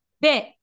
Bit